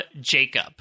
Jacob